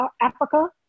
africa